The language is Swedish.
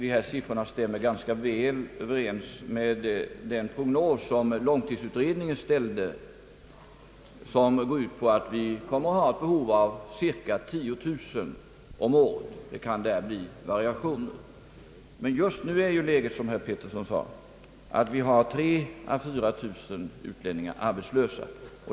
Dessa siffror stämmer ganska väl överens med den prognos som långtidsutredningen ställde. Den gick ut på att vi kommer att ha ett behov av cirka 10 000 utlänningar om året — det kan där bli variationer. Just nu är emellertid läget som herr Petersson sade sådant, att vi har 3 000—4 000 utlänningar arbetslösa.